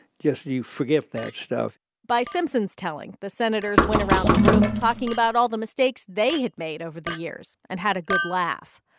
just you forget that stuff by simpson's telling, the senators went around the room talking about all the mistakes they had made over the years and had a good laugh.